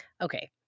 okay